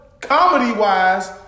comedy-wise